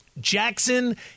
Jackson